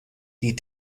die